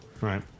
Right